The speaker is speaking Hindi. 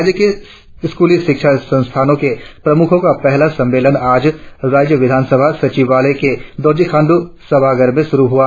राज्य के स्कूली शिक्षा संस्थानों के प्रमुखों का पहला सम्मेलन आज राज्य विधानसभा सचिवालय के दोरजी खाण्ड्र सभागार में शुरु हुआ